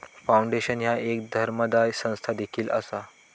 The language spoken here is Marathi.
फाउंडेशन ह्या एक धर्मादाय संस्था देखील असा